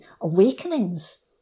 awakenings